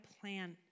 plan